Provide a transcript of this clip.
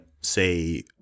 say